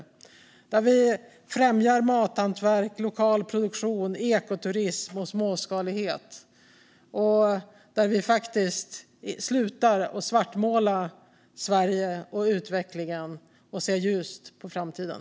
Jag hoppas på debatter där vi främjar mathantverk, lokal produktion, ekoturism och småskalighet och där vi faktiskt slutar att svartmåla Sverige och utvecklingen och ser ljust på framtiden.